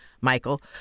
Michael